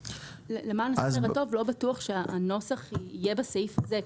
למען הסדר הטוב, לא בטוח שהנוסח יהיה בסעיף הזה.